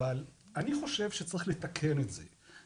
אבל אני חושב שצריך לתקן את זה.